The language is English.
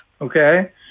okay